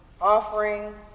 offering